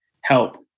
help